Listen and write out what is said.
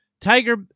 tiger